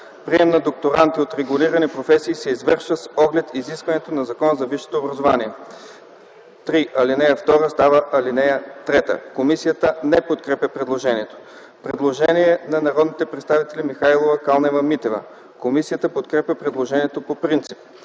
Прием на докторанти от регулирани професии се извършва с оглед изискванията на Закона за висшето образование.” 3. Алинея 2 става ал. 3. Комисията не подкрепя предложението. Има предложение на народните представители Стефани Михайлова и Нели Калнева-Митева. Комисията подкрепя предложението по принцип.